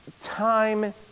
time